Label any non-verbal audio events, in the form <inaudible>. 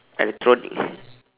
electronic <laughs>